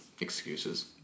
excuses